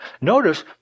notice